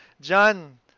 John